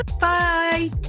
Bye